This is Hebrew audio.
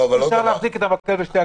אי-אפשר להחזיק את המקל בשתי קצותיו.